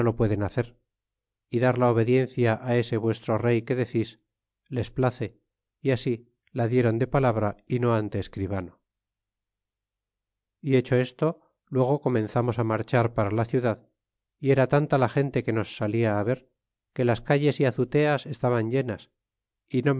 pueden hacer y dar la obediencia á ese vuestro rey que decis les place y así la dieron de palabra y no ante escribano y esto hecho luego comenzamos á marchar para la ciudad y era tanta la gente que nos salía á ver que las calles e azuteas estaban llenas a